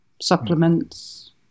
supplements